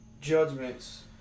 judgments